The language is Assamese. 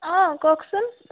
অঁ কওকচোন